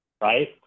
right